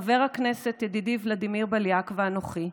חבר הכנסת ידידי ולדימיר בליאק ואנוכי,